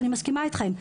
אני מסכימה איתכם.